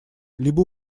либо